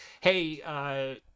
Hey